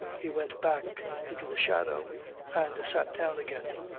he went back into the shadow and sat down again.